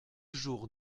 jour